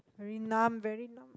very numb very numb